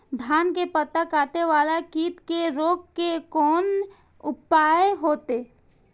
धान के पत्ता कटे वाला कीट के रोक के कोन उपाय होते?